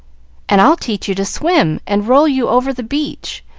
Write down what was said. and i'll teach you to swim, and roll you over the beach,